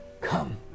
Come